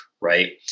Right